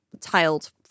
tiled